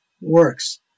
works